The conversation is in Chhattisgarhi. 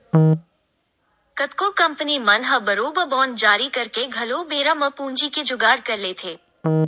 कतको कंपनी मन ह बरोबर बांड जारी करके घलो बेरा म पूंजी के जुगाड़ कर लेथे